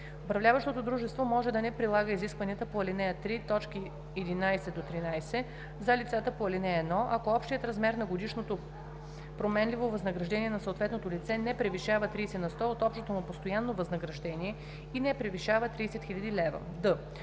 Управляващото дружество може да не прилага изискванията по ал. 3, т. 11 – 13 за лицата по ал. 1, ако общият размер на годишното променливо възнаграждение на съответното лице не превишава 30 на сто от общото му постоянно възнаграждение и не превишава 30 000 лв.“;